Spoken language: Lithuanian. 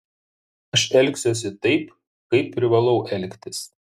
aš elgsiuosi taip kaip privalau elgtis